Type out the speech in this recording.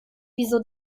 wieso